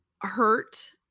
hurt